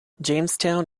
jamestown